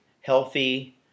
healthy